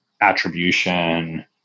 attribution